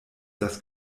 das